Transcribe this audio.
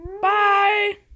Bye